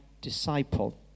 disciple